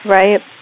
right